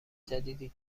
جدیدی